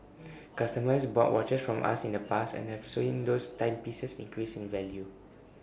customers bought watches from us in the past and have seen those timepieces increase in value